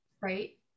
right